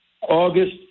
August